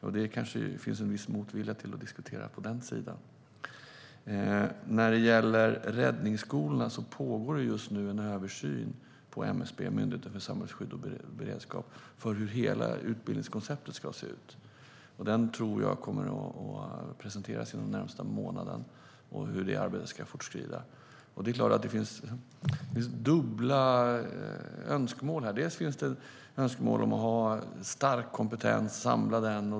Men det kanske finns en viss motvilja mot att diskutera det på den sidan. Beträffande räddningsskolorna pågår det just nu en översyn på Myndigheten för samhällsskydd och beredskap av hur hela utbildningskonceptet ska se ut. Jag tror att det kommer att presenteras inom den närmaste månaden hur det arbetet fortskrider. Det finns dubbla önskemål här. Det finns ett önskemål om att ha stark kompetens och samla den.